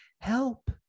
help